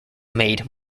made